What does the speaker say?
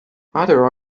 other